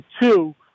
two